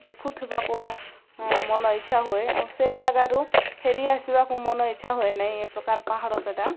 ଦେଖୁଥିବାକୁ ମନ ଇଚ୍ଛା ହୁଏ ଆଉ ସେ ଜାଗାରୁ ଫେରି ଆସିବାକୁ ମନ ଇଚ୍ଛା ହୁଏ ନାହିଁ ଏ ପ୍ରକାର ପାହାଡ଼ ସେଇଟା